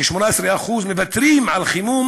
כ-18%, מוותרים על חימום